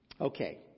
Okay